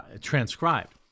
transcribed